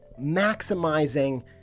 maximizing